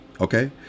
okay